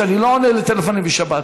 שאני לא עונה לטלפונים בשבת.